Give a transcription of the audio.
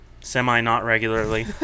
semi-not-regularly